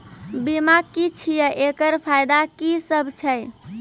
बीमा की छियै? एकरऽ फायदा की सब छै?